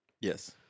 Yes